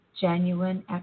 genuine